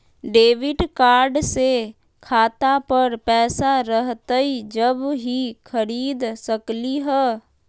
Debit card से खाता पर पैसा रहतई जब ही खरीद सकली ह?